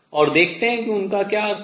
और देखते हैं कि उनका क्या अर्थ है